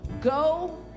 Go